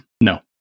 No